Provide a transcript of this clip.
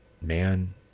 man